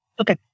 Okay